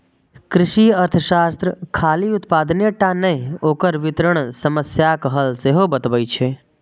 कृषि अर्थशास्त्र खाली उत्पादने टा नहि, ओकर वितरण समस्याक हल सेहो बतबै छै